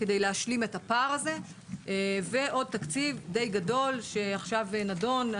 כדי להשלים את הפער הזה; ועוד תקציב די גדול שעכשיו נדון.